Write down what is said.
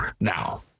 now